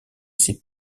ses